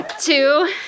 Two